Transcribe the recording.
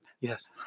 yes